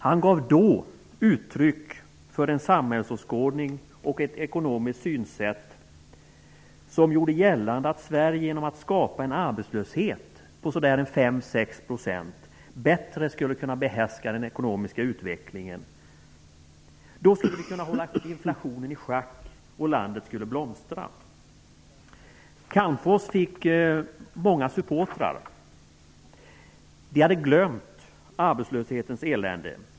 Han gav då uttryck för en samhällsåskådning och ett ekonomiskt synsätt som gjorde gällande att Sverige genom att skapa en arbetslöshet på ca 5--6 % bättre skulle kunna behärska den ekonomiska utvecklingen. Då skulle vi kunna hålla inflationen i schack och landet skulle blomstra. Calmfors fick många supportrar. De hade glömt arbetslöshetens elände.